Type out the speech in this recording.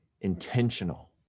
intentional